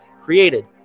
created